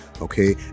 okay